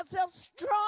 strong